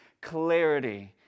clarity